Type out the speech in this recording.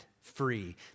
free